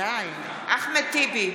אחמד טיבי,